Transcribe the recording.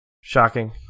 Shocking